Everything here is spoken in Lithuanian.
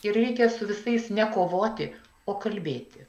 ir reikia su visais ne kovoti o kalbėti